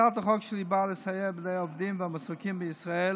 הצעת החוק שלי באה לסייע לעובדים והמועסקים בישראל